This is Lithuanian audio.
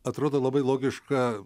atrodo labai logiška